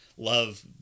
love